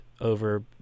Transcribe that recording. over